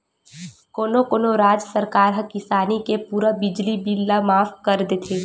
कोनो कोनो राज सरकार ह किसानी के पूरा बिजली बिल ल माफ कर देथे